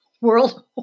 World